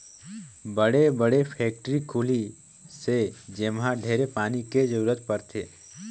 बड़े बड़े फेकटरी खुली से जेम्हा ढेरे पानी के जरूरत परथे